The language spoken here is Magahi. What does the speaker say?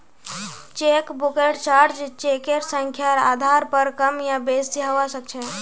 चेकबुकेर चार्ज चेकेर संख्यार आधार पर कम या बेसि हवा सक्छे